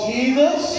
Jesus